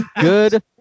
Good